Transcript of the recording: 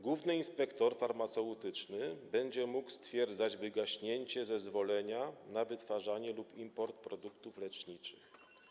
Główny inspektor farmaceutyczny będzie mógł stwierdzać wygaśnięcie zezwolenia na wytwarzanie lub import produktów leczniczych.